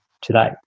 today